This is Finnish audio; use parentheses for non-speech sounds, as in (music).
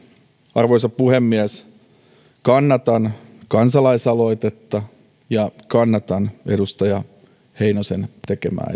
arvoisa puhemies kannatan kansalaisaloitetta ja kannatan edustaja heinosen tekemää (unintelligible)